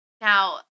Now